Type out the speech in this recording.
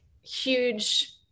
huge